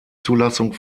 zulassung